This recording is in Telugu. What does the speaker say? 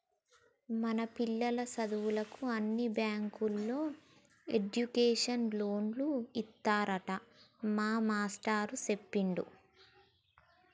మన పిల్లల సదువుకు అన్ని బ్యాంకుల్లో ఎడ్యుకేషన్ లోన్లు ఇత్తారట మా మేస్టారు సెప్పిండు